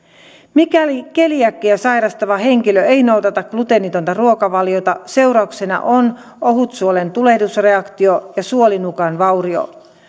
mikäli keliakiaa sairastava henkilö ei noudata gluteenitonta ruokavaliota seurauksena on ohutsuolen tulehdusreaktio ja suolinukan vaurio